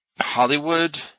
Hollywood